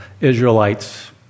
Israelites